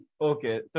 Okay